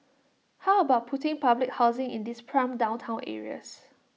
how about putting public housing in these prime downtown areas